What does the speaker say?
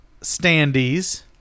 standees